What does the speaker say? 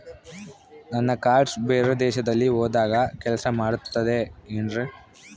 ನನ್ನ ಕಾರ್ಡ್ಸ್ ಬೇರೆ ದೇಶದಲ್ಲಿ ಹೋದಾಗ ಕೆಲಸ ಮಾಡುತ್ತದೆ ಏನ್ರಿ?